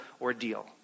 ordeal